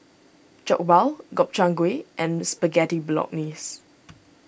Jokbal Gobchang Gui and Spaghetti Bolognese